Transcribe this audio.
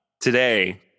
Today